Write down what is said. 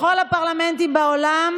בכל הפרלמנטים בעולם